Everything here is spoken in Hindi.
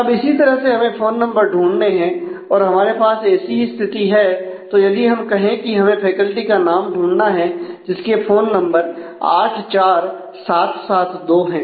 अब इसी तरह से हमें फोन नंबर ढूंढने हैं और हमारे पास ऐसी ही स्थिति है तो यदि हम यह कहे कि हमें फैकल्टी का नाम ढूंढना है जिसके फोन नंबर 84772 है